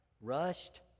rushed